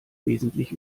wesentlich